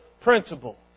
principle